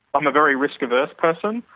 i'm a very risk averse person,